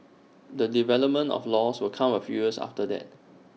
the development of laws will come A few years after that